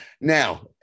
now